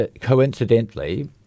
coincidentally